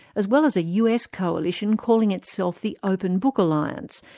as well as a us coalition calling itself the open book alliance,